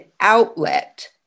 outlet